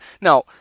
Now